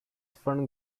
ferns